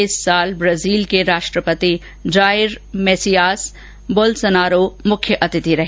इस साल ब्राजील के राष्ट्रपति जाइर मेसियास बोलसोनारो मुख्य अतिथि रहे